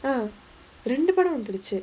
uh ரெண்டு படம் வந்துருச்சு:rendu padam vanthuruchu